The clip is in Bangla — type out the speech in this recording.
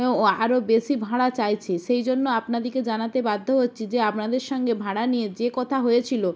আরও বেশি ভাঁড়া চাইছে সেই জন্য আপনাদিকে জানাতে বাধ্য হচ্ছি যে আপনাদের সঙ্গে ভাঁড়া নিয়ে যে কথা হয়েছিলো